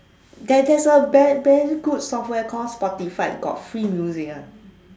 there there's a very very good software called Spotify got free music one